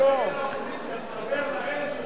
אל תדבר לאופוזיציה, תדבר לאלה שיושבים במאהל.